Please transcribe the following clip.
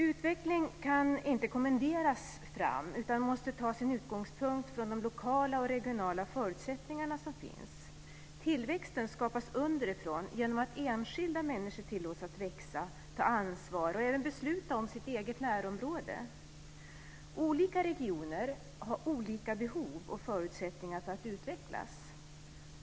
Utveckling kan inte kommenderas fram utan måste ta sin utgångspunkt i de lokala och regionala förutsättningar som finns. Tillväxten skapas underifrån genom att enskilda människor tillåts att växa, ta ansvar och även besluta om sitt eget närområde. Olika regioner har olika behov och förutsättningar för att utvecklas.